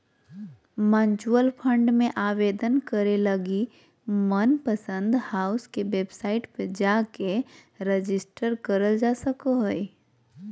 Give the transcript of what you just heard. mutual fund मे आवेदन करे लगी मनपसंद फंड हाउस के वेबसाइट पर जाके रेजिस्टर करल जा सको हय